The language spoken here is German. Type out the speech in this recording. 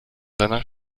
seiner